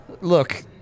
look